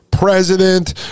president